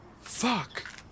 Fuck